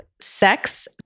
sex